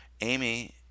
Amy